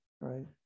right